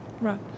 right